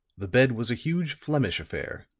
the bed was a huge flemish affair,